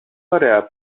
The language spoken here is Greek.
ωραία